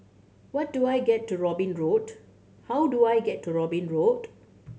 what do I get to Robin Road how do I get to Robin Road